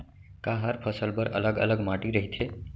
का हर फसल बर अलग अलग माटी रहिथे?